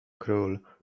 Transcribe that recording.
król